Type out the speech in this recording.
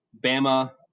Bama